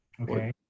okay